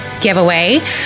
giveaway